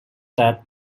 that